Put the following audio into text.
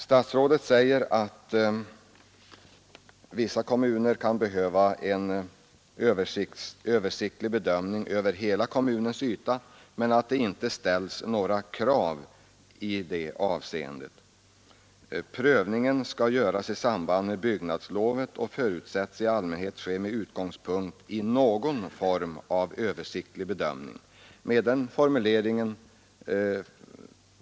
Statsrådet säger att i vissa kommuner kan översiktliga bedömningar av markanvändningen inom hela kommunens yta behöva göras men att det inte ställs några krav i det avseendet. Prövningen skall göras i samband med byggnadslovet och förutsätts i allmänhet ske med utgångspunkt i någon form av översiktliga bedömningar.